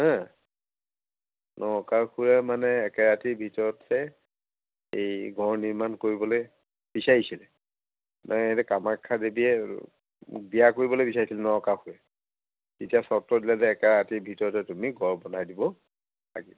হেঁ নৰকাসুৰে মানে একে ৰাতিৰ ভিতৰতে এই গড় নিৰ্মাণ কৰিবলৈ বিচাৰিছিলে মানে কামাখ্যা দেৱীয়ে বিয়া কৰিবলৈ বিচাৰিছিলে নৰকাসুৰে তেতিয়া চৰ্ত দিলে যে একে ৰাতিৰ ভিতৰতে গড় বনাই দিব লাগিব